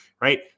right